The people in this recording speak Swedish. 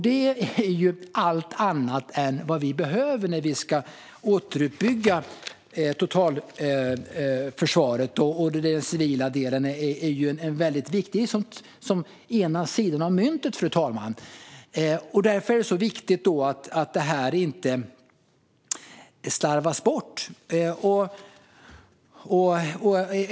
Detta är allt annat än vad vi behöver när vi ska återuppbygga totalförsvaret, och den civila delen är ju en väldigt viktig sida av myntet. Därför är det så viktigt att det här inte slarvas bort.